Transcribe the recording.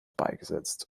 beigesetzt